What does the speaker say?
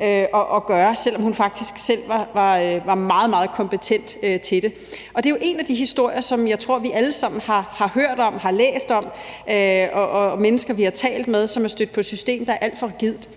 at gøre, selv om hun faktisk selv var meget, meget kompetent til det. Det er jo en af de historier, som jeg tror vi alle sammen har hørt om og læst om; det er mennesker, vi har talt med, som er stødt på et system, der er alt for rigidt.